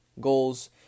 goals